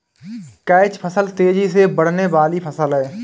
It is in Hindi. कैच फसल तेजी से बढ़ने वाली फसल है